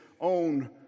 own